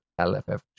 LFF